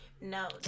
No